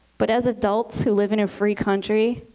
but as adults who live in a free country,